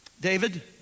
David